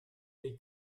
dei